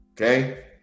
Okay